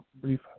brief